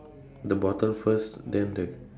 the bottle first then the